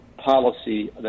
policy